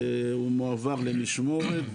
הוא מועבר למשמורת,